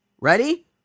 Ready